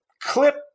clip